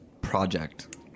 project